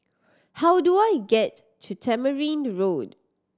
how do I get to Tamarind Road